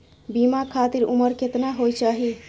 बीमा खातिर उमर केतना होय चाही?